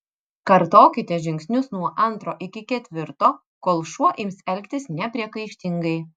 kartokite žingsnius nuo antro iki ketvirto kol šuo ims elgtis nepriekaištingai